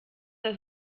das